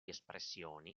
espressioni